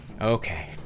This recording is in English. Okay